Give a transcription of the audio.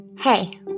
Hey